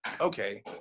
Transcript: okay